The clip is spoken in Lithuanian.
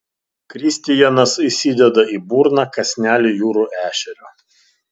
kristijanas įsideda į burną kąsnelį jūrų ešerio